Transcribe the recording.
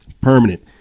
permanent